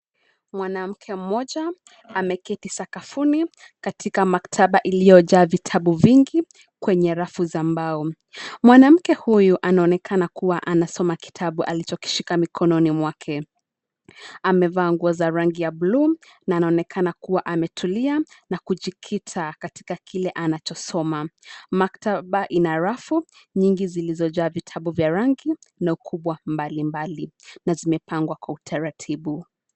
Mwanamke mmoja ameketi sakafuni katika maktaba iliyojaa vitabu vingi kwenye rafu za mbao. Mwanamke huyu anaonekana kua anasoma kitabu alichokishika mikononi mwake. Amevaa nguo za rangi ya bluu na anaonekana kua ametulia na kujikita katika kile anachosoma. Maktaba ina rafu nyingi zilizojaa vitabu vya rangi na ukubwa mbalimbali na zimepangwa kwa utaratibu.